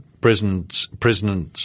Prisoners